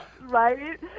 Right